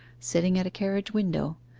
sitting at a carriage window,